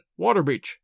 Waterbeach